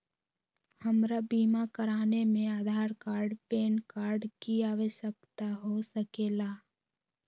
हमरा बीमा कराने में आधार कार्ड पैन कार्ड की आवश्यकता हो सके ला?